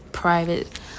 private